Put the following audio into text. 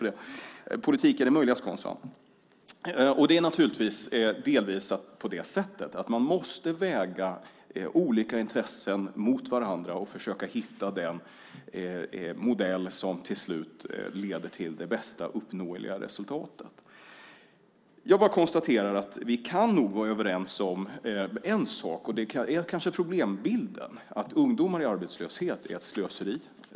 Det är naturligtvis delvis på det sättet, att man måste väga olika intressen mot varandra och försöka hitta den modell som till slut leder till det bästa uppnåeliga resultatet. Jag konstaterar bara att vi nog kan vara överens om en sak - det är kanske problembilden - och det är att ungdomar i arbetslöshet är ett slöseri.